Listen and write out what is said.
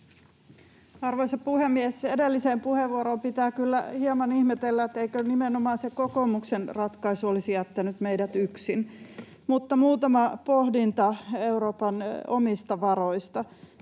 Arvoisa puhemies! Edelliseen puheenvuoroon pitää kyllä hieman ihmetellä, että eikö nimenomaan se kokoomuksen ratkaisu olisi jättänyt meidät yksin. Mutta muutama pohdinta Euroopan omista varoista.